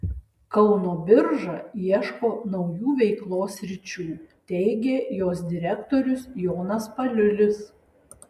kauno birža ieško naujų veiklos sričių teigė jos direktorius jonas paliulis